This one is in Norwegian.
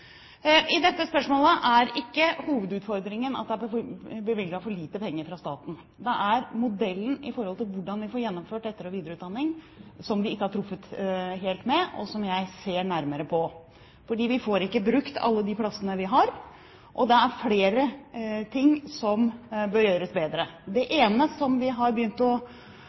I dette spørsmålet er ikke hovedutfordringen at det er bevilget for lite penger fra staten. Det er modellen for hvordan vi får gjennomført etter- og videreutdanning som vi ikke har truffet helt med, og som jeg ser nærmere på. Vi får ikke brukt alle de plassene vi har, og det er flere ting som bør gjøres bedre. Det ene som vi har begynt å